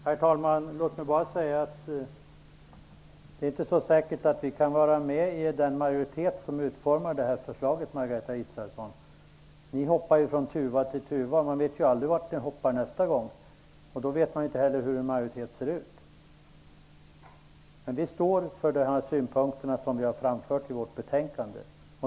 Herr talman! Låt mig bara säga att det inte är så säkert att vi kan vara med i den majoritet som skall utforma förslaget, Margareta Israelsson. Ni hoppar ju från tuva till tuva. Man vet aldrig vart ni hoppar nästa gång. Därför vet man inte heller hur majoriteten kommer att se ut. Vi står för de synpunkter som vi har framfört i betänkandet.